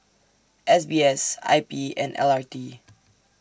S B S I P and L R T